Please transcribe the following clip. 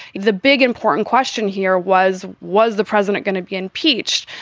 the big important question here was, was the president going to be impeached?